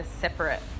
separate